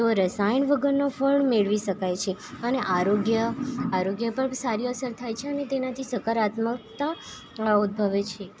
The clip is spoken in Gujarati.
તો રસાયણ વગરનો ફળ મેળવી શકાય છે અને આરોગ્ય આરોગ્ય પર બી સારી અસર થાય છે ને તેનાથી સકારાત્મકતા ઉદભવે છે